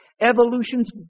evolution's